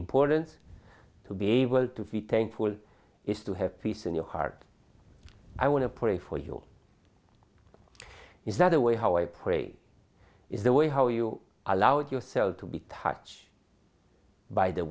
importance to be able to feed ten people is to have peace in your heart i want to pray for you is that a way how i pray is the way how you allow yourself to be touch by the